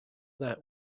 that